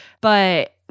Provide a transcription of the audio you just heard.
but-